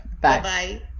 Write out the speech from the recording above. Bye-bye